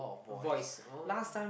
voice oh